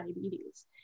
diabetes